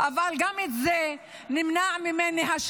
אבל בשנה הזאת גם זה נמנע ממני.